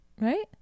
Right